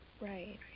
Right